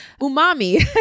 umami